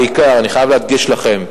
בעיקר,